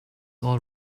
all